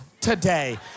today